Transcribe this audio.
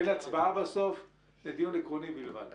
אין הצבעה בסוף, זה דיון עקרוני בלבד.